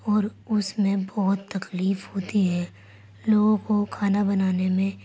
اور اُس میں بہت تکلیف ہوتی ہے لوگوں کو کھانا بنانے میں